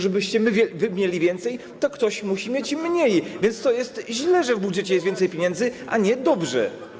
Żebyście wy mieli więcej, to ktoś musi mieć mniej, więc to jest źle, że w budżecie jest więcej pieniędzy, a nie dobrze.